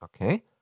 okay